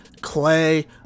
Clay